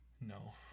No